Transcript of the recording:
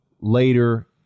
later